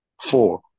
four